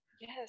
yes